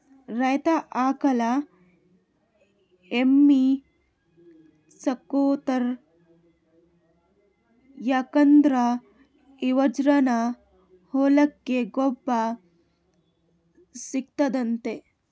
ರೈತರ್ ಆಕಳ್ ಎಮ್ಮಿ ಸಾಕೋತಾರ್ ಯಾಕಂದ್ರ ಇವದ್ರಿನ್ದ ಹೊಲಕ್ಕ್ ಗೊಬ್ಬರ್ ಸಿಗ್ತದಂತ್